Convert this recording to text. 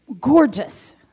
gorgeous